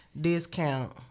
discount